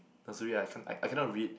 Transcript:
oh sorry I can't I I cannot read